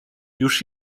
już